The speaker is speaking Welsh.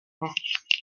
het